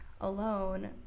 alone